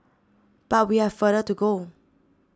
but we have further to go